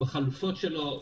בחלופות שלו,